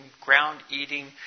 ground-eating